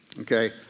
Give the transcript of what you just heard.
Okay